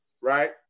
Right